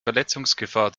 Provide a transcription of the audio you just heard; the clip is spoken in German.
verletzungsgefahr